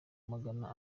magana